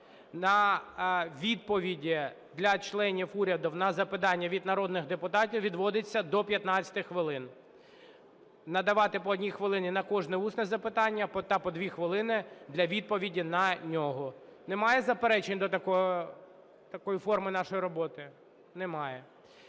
На відповіді для членів уряду на запитання від народних депутатів відводиться до 15 хвилин. Надавати по 1 хвилині на кожне усне запитання та по 2 хвилини для відповіді на нього. Немає заперечень до такої форми нашої роботи? Немає.